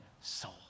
soul